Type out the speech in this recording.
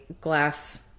glass